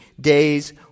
days